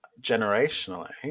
generationally